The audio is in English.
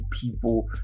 people